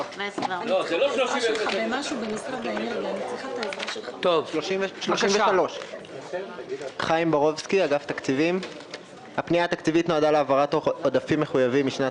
124. הפנייה התקציבית נועדה להעברת עודפים מחויבים משנת